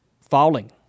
falling